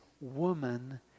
woman